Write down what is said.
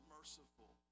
Merciful